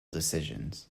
decisions